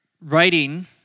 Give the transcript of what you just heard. writing